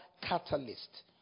catalyst